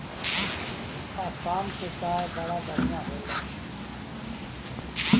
आसाम के चाय बड़ा बढ़िया होला